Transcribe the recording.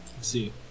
See